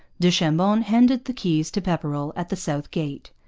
du chambon handed the keys to pepperrell at the south gate.